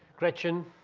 gretchen,